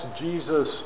Jesus